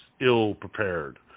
ill-prepared